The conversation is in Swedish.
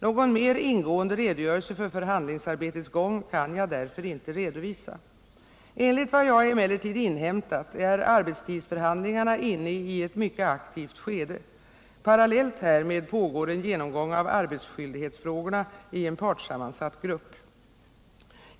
Någon mer ingående redogörelse för förhandlingsarbetets gång kan jag därför inte redovisa. Enligt vad jag emellertid inhämtat är arbetstidsförhandlingarna inne i ett mycket aktivt skede. Parallellt härmed pågår en genomgång av arbetsskyldighetsfrågorna i en partssammansatt grupp.